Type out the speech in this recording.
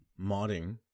modding